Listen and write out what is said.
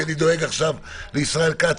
כי אני דואג לישראל כץ,